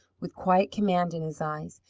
with quiet command in his eyes,